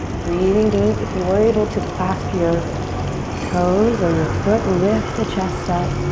breathing deep. if you were able to clasp your toes or your foot, lift the chest up,